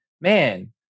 man